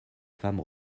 femme